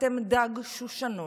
אתם דג שושנון.